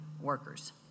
workers